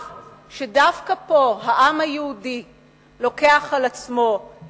שדווקא פה העם היהודי לוקח על עצמו להיאבק,